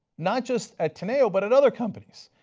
not just at teneo but and other companies,